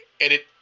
edit